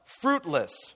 fruitless